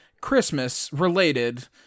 Christmas-related